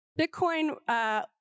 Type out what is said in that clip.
Bitcoin